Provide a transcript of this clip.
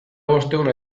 bostehun